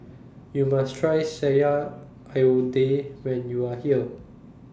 YOU must Try Sayur Lodeh when YOU Are here